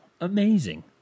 Amazing